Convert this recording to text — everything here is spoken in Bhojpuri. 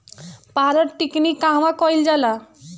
पारद टिक्णी कहवा कयील जाला?